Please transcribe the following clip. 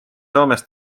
soomes